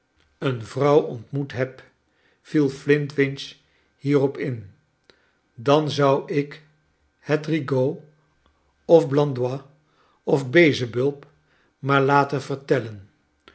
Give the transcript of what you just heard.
een vrouw ontmoet heb viel flintwinch liierop in dan zou ik het rigaud of blandois of beelsebub maar laten vertellen